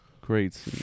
great